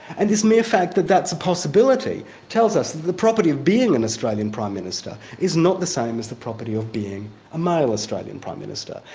and this mere fact that that's a possibility tells us that the property of being an australian prime minister is not the same as the property of being a male australian prime minister.